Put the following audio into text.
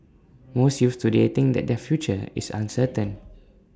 most youths today think that their future is uncertain